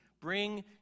Bring